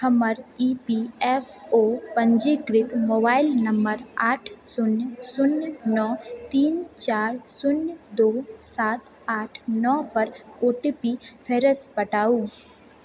हमर E P F O पञ्जीकृत mobile number आठ शून्य शून्य नओ तीन चारि शून्य दू सात आठ नओ पर ओ टी पी फेरसँ पठाउ